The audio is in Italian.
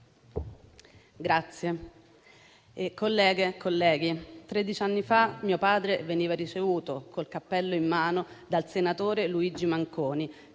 Presidente, colleghe e colleghi, tredici anni fa mio padre veniva ricevuto con il cappello in mano dal senatore Luigi Manconi,